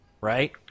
Right